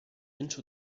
into